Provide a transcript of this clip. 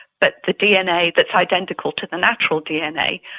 but the dna that's identical to the natural dna,